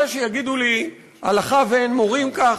זה שיגידו לי "הלכה ואין מורין כך",